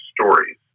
Stories